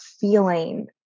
feeling